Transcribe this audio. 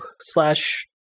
slash